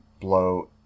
blow